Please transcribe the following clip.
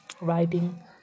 writing